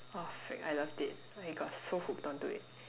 oh freak I loved it I got so hooked on to it